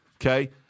okay